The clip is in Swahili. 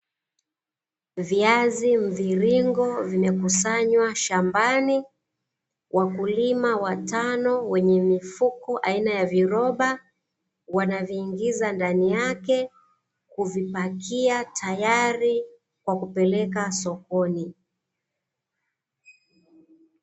Viazi mviringo vimekusanywa shambani, wakulima watano wenye mifuko aina ya viroba, wanaviingiza ndani yake kuvipakia, tayari kwa kupeleka sokoni.